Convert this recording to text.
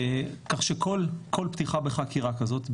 כך שכל פתיחה בחקירה כזאת,